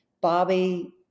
Bobby